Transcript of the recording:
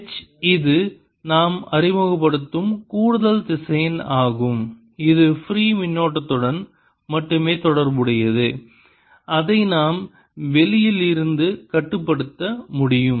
H இது நாம் அறிமுகப்படுத்தும் கூடுதல் திசையன் ஆகும் இது ஃப்ரீ மின்னோட்டத்துடன் மட்டுமே தொடர்புடையது அதை நாம் வெளியில் இருந்து கட்டுப்படுத்த முடியும்